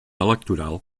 electoral